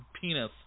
penis